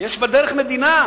יש בדרך מדינה,